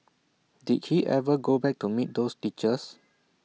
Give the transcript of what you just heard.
did he ever go back to meet those teachers